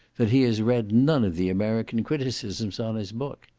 that he has read none of the american criticisms on his book.